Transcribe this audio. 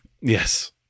Yes